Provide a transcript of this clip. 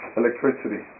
electricity